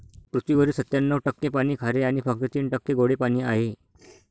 पृथ्वीवरील सत्त्याण्णव टक्के पाणी खारे आणि फक्त तीन टक्के गोडे पाणी आहे